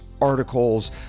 articles